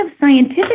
scientific